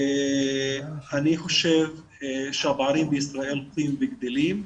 אני חושב שהפערים בישראל הולכים וגדלים.